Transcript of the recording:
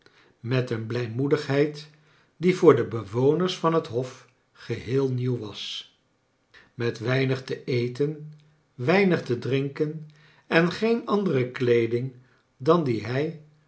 met een blijmoedigheid die voor de bewoners van het hof geheel nieuw was met weinig te eten weinig te drinken en geen andere kleeding dan die hij